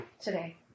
today